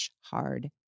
hard